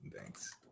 Thanks